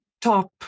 top